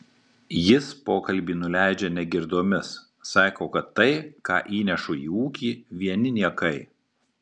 jis pokalbį nuleidžia negirdomis sako kad tai ką įnešu į ūkį vieni niekai